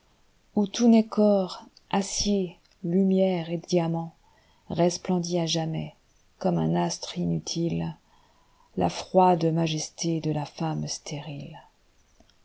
où tout n'est qu'or acier lumière et diamants resplendit à jamais comme un astre inutile la froide majesté de la femme stérile